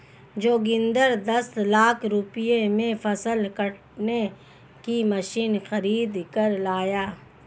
जोगिंदर दस लाख रुपए में फसल काटने की मशीन खरीद कर लाया